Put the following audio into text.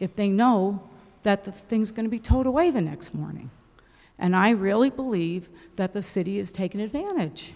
if they know that the thing's going to be towed away the next morning and i really believe that the city is taking advantage